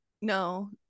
no